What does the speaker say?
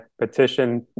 petition